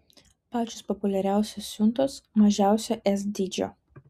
pačios populiariausios siuntos mažiausio s dydžio